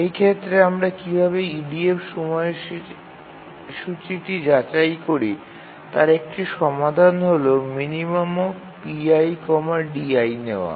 এই ক্ষেত্রে আমরা কীভাবে EDF সময়সূচীটি যাচাই করি তার একটি সমাধান হল minpidi নেওয়া